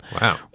Wow